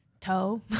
toe